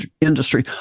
industry